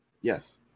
Yes